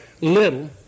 little